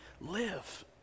live